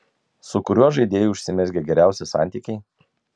su kuriuo žaidėju užsimezgė geriausi santykiai